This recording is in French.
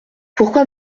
pourquoi